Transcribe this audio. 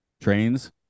Trains